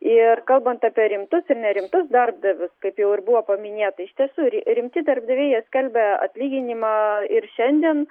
ir kalbant apie rimtus ir nerimtus darbdavius kaip jau ir buvo paminėta iš tiesų rimti darbdaviai jie skelbia atlyginimą ir šiandien